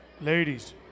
Ladies